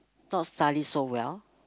not study so well